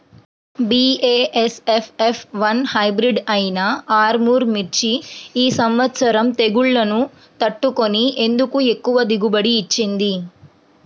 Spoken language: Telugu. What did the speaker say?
బీ.ఏ.ఎస్.ఎఫ్ ఎఫ్ వన్ హైబ్రిడ్ అయినా ఆర్ముర్ మిర్చి ఈ సంవత్సరం తెగుళ్లును తట్టుకొని ఎందుకు ఎక్కువ దిగుబడి ఇచ్చింది?